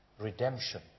Redemption